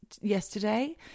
yesterday